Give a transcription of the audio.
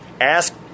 Ask